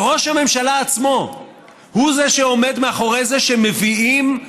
וראש הממשלה עצמו הוא שעומד מאחורי זה שמביאים,